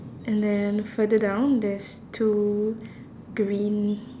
and then further down there's two green